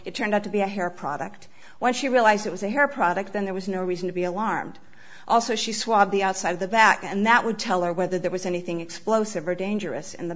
it turned out to be a hair product when she realized it was a hair product and there was no reason to be alarmed also she swab the outside of the back and that would tell her whether there was anything explosive or dangerous in the